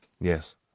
Yes